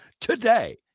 today